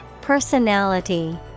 Personality